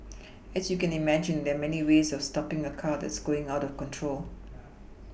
as you can imagine there are many ways of stopPing a car that's going out of control